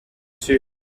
chief